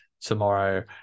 tomorrow